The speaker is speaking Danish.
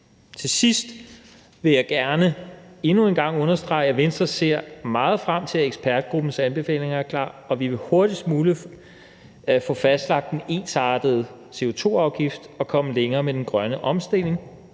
Til sidst vil jeg gerne endnu en gang understrege, at Venstre ser meget frem til, at ekspertgruppens anbefalinger er klar og vi hurtigst muligt får fastlagt en ensartet CO2-afgift og kommer længere med den grønne omstilling.